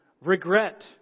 Regret